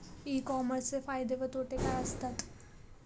E कॉमर्सचे फायदे व तोटे काय असतात?